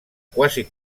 quasi